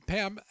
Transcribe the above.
Pam